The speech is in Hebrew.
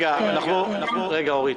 אורית.